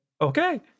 okay